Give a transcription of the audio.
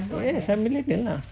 yes I'm millennial ah